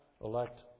elect